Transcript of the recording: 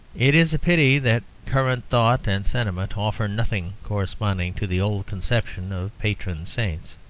it is a pity that current thought and sentiment offer nothing corresponding to the old conception of patron saints.